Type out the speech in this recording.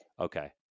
Okay